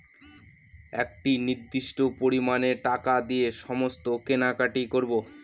একটি নির্দিষ্ট পরিমানে টাকা দিয়ে সমস্ত কেনাকাটি করবো